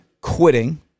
quitting